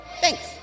Thanks